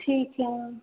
ठीक है मैम